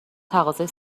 تقاضای